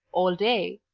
all day